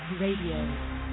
Radio